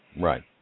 Right